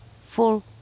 full